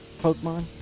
Pokemon